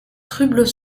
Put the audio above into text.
trublot